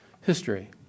history